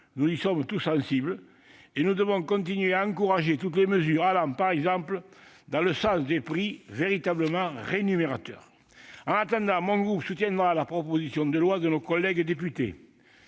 nous y sommes tous sensibles et nous devons continuer à encourager toutes les mesures allant dans le sens de prix véritablement rémunérateurs. En attendant, le groupe du RDSE soutiendra la proposition de loi de nos collègues députés.